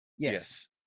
Yes